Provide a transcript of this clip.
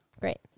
Great